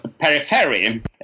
periphery